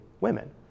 women